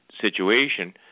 situation